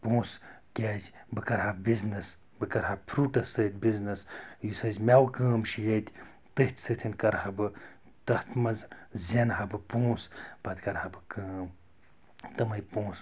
پونٛسہٕ کیٛازِ بہٕ کَرٕ ہا بِزنیٚس بہٕ کَرٕ ہا فرٛوٗٹَس سۭتۍ بِزنیٚس یُس اسہِ میٚوٕ کٲم چھِ ییٚتہِ تٔتھۍ سۭتۍ کَرٕ ہا بہٕ تَتھ منٛز زینہٕ ہا بہٕ پونٛسہٕ پَتہٕ کَرٕ ہا بہٕ کٲم تِمٔے پونٛسہٕ